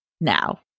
now